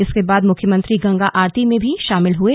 इसके बाद मुख्यमंत्री गंगा आरती में भी शामिल हुए